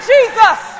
Jesus